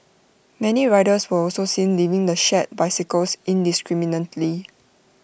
many riders were also seen leaving the shared bicycles indiscriminately